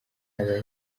aba